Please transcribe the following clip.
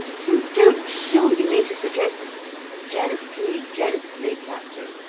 you don't surely mean to suggest gently, gently, captain.